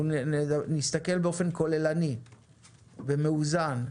נסתכל באופן כוללני ומאוזן.